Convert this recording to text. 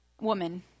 woman